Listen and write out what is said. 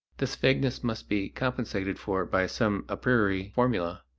this vagueness must be compensated for by some a priori formula.